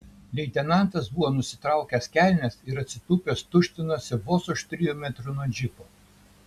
leitenantas buvo nusitraukęs kelnes ir atsitūpęs tuštinosi vos už trijų metrų nuo džipo